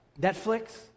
Netflix